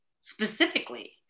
specifically